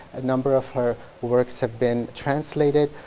a number of her works have been translated.